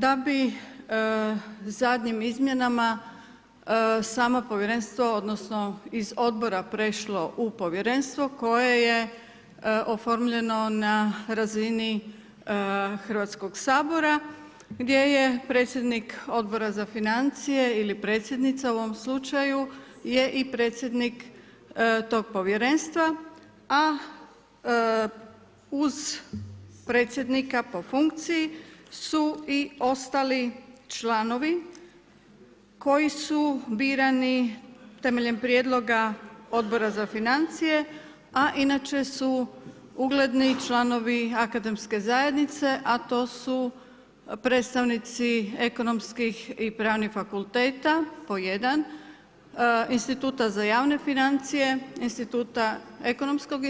Da bi zadnjim izmjenama samo povjerenstvo, odnosno iz odbora prešlo u povjerenstvo koje je oformljeno na razini Hrvatskog sabora gdje je predsjednik Odbora za financije ili predsjednica u ovom slučaju je i predsjednik tog povjerenstva, a uz predsjednika po funkciji su i ostali članovi koji su birani temeljem prijedloga Odbora za financije, a inače su ugledni članovi akademske zajednice, a to su predstavnici ekonomskih i pravnih fakulteta po jedan, Instituta za javne financije, Instituta ekonomskog